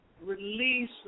release